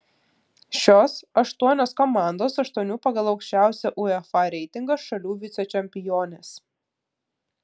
šios aštuonios komandos aštuonių pagal aukščiausią uefa reitingą šalių vicečempionės